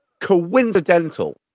coincidental